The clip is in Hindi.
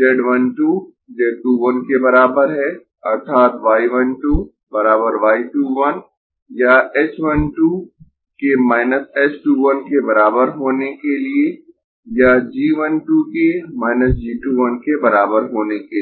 z 1 2 z 2 1 के बराबर है अर्थात् y 1 2 बराबर y 2 1 या h 1 2 के h 2 1 के बराबर होने के लिए या g 1 2 के g 2 1 के बराबर होने के लिए